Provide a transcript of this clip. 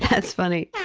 that's funny.